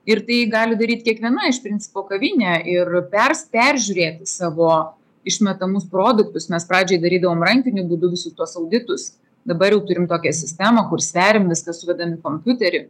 ir tai gali daryt kiekviena iš principo kavinė ir pers peržiūrėti savo išmetamus produktus mes pradžiai darydavom rankiniu būdu visus tuos auditus dabar jau turim tokią sistemą kur sveriam viską suvedam į kompiuterį